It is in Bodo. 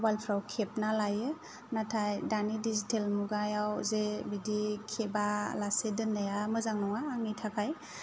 मबाइल फोराव खेबना लायो नाथाय दानि डिजिटेल मुगायाव जे बिदि खेबालासे दोननाया मोजां नङा आंनि थाखाय